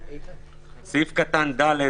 סעיף קטן (ד)